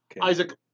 Isaac